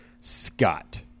Scott